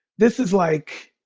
this is like,